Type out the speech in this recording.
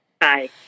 Bye